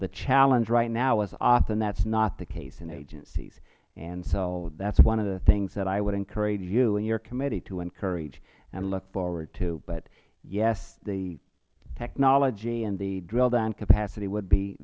the challenge right now is often that is not the case in agencies so that is one of the things that i would encourage you and your committee to encourage and look forward to but yes the technology and the drill down capacity would be